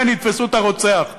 כן, יתפסו את הרוצח המתועב.